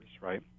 right